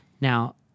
Now